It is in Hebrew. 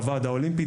והוועד האולימפי,